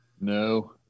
No